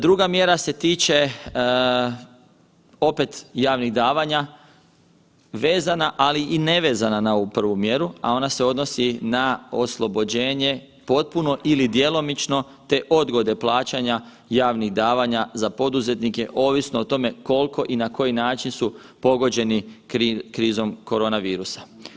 Druga mjera se tiče opet javnih davanja, vezana, ali i nevezana na ovu prvu mjeru, a ona se odnosi na oslobođenje potpuno ili djelomično, te odgode plaćanja javnih davanja za poduzetnike ovisno o tome kolko i na koji način su pogođeni krizom koronavirusa.